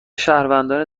شهروندان